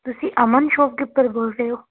ਤੁਸੀਂ ਅਮਨ ਸ਼ੋਪਕੀਪਰ ਬੋਲ ਰਹੇ ਹੋ